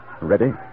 Ready